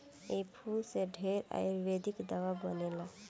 इ फूल से ढेरे आयुर्वेदिक दावा बनेला